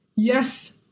Yes